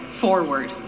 forward